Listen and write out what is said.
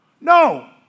No